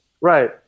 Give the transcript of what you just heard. right